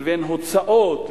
ובין הוצאות,